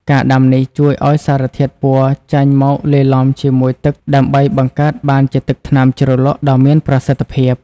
ការដាំនេះជួយឱ្យសារធាតុពណ៌ចេញមកលាយឡំជាមួយទឹកដើម្បីបង្កើតបានជាទឹកថ្នាំជ្រលក់ដ៏មានប្រសិទ្ធភាព។